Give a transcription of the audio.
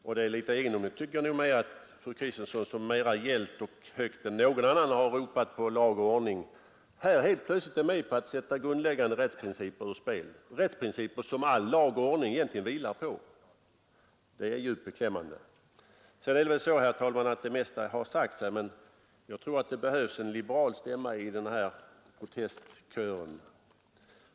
Det är också litet egendomligt att fru Kristensson, som mera gällt och högt än någon annan har ropat på lag och ordning, nu helt plötsligt går med på att sätta ur spel grundläggande rättsprinciper, som egentligen all lag och ordning vilar på. Det är djupt beklämmande. Det mesta är väl, herr talman, redan sagt i denna diskussion, men jag tror att det behövs en liberal stämma i protestkören.